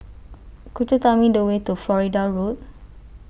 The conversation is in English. Could YOU Tell Me The Way to Florida Road